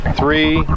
three